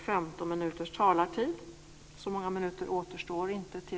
Fru talman!